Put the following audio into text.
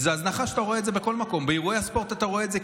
זו הזנחה שאתה רואה בכל מקום: באירועי הספורט אתה רואה את זה,